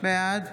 בעד